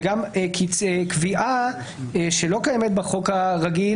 וגם קביעה שלא קיימת בחוק הרגיל,